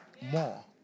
More